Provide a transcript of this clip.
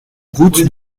route